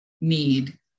need